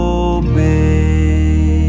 obey